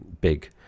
Big